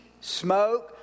smoke